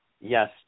yes